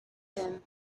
him